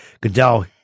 Goodell